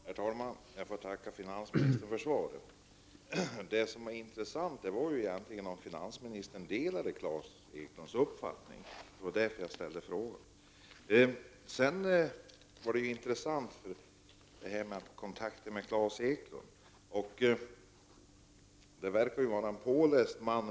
Herr talman! Jag får tacka finansministern för svaret. Det intressanta är om finansministern delar Klas Eklunds uppfattning, och det var det jag ställde frågan om. Det som finansministern sade om kontakter med Klas Eklund är ju också intressant. Klas Eklund verkar vara en påläst man.